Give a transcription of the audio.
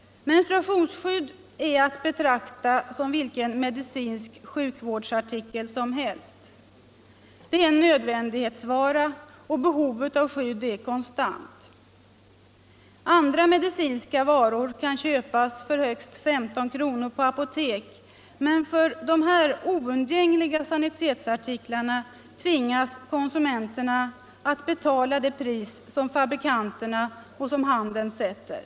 Menstruationsskydd är att betrakta som vilken medicinsk sjukvårdsartikel som helst. Det är en nödvändighetsvara, och behovet av skydd är ständigt återkommande. Andra medicinska varor kan köpas för högst 41 15 kr. på apotek, men för dessa oundgängliga sanitetsartiklar tvingas konsumenterna att betala det pris som fabrikanterna och handeln sätter.